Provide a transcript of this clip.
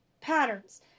patterns